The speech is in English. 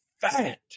fat